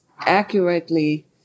accurately